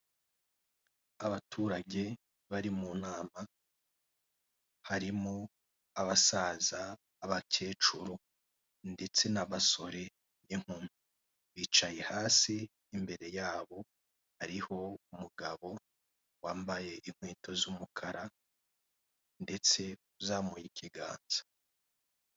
Abaturage bari mu nama harimo abasaza, abakecuru ndetse n'abasore inyuma bicaye hasi imbere yabo hariho umugabo wambaye inkweto z'umukara ndetse uzamuye ikiganza.